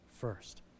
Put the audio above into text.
first